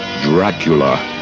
Dracula